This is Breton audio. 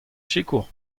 sikour